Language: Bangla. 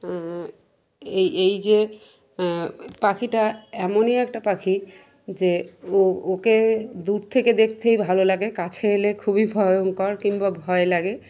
এই এই যে পাখিটা এমনই একটা পাখি যে ও ওকে দূর থেকে দেখতেই ভালো লাগে কাছে এলে খুবই ভয়ঙ্কর কিংবা ভয় লাগে